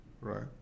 right